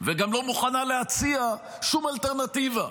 וגם לא מוכנה להציע שום אלטרנטיבה.